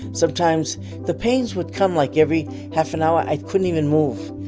sometimes the pains would come, like, every half an hour. i couldn't even move.